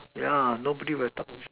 yeah nobody would have thought